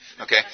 Okay